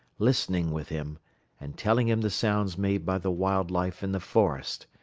listening with him and telling him the sounds made by the wild life in the forest,